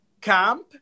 camp